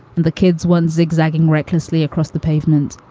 and the kids one zigzagging recklessly across the pavement.